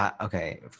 okay